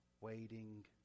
waiting